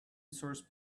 source